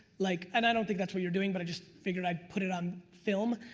like and i don't think that's what you're doing, but i just figured i'd put it on film,